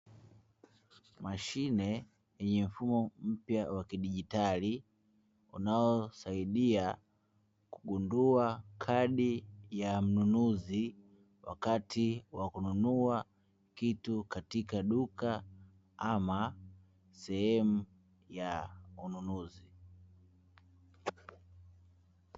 Mashine yenye mfumo wa kidijitali unaosaidia kugundua kadi ya mnunuzi wakati wa kununua kitu katika duka au sehemu ya ununuzi.